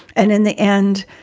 and in the end,